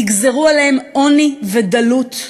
נגזרו עליהם עוני ודלות,